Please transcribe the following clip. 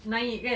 naik kan